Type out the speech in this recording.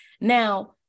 Now